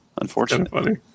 Unfortunately